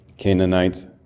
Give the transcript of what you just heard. Canaanites